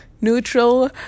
neutral